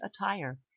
attire